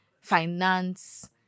finance